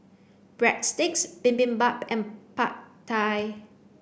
Breadsticks Bibimbap and Pad Thai